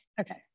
Okay